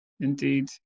Indeed